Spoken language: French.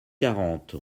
quarante